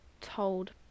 told